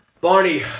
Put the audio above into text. Barney